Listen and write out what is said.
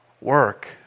work